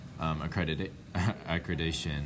accreditation